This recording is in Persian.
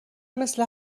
مثل